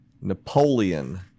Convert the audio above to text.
Napoleon